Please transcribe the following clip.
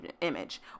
image